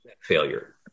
failure